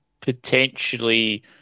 potentially